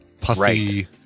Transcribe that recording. puffy